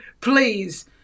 please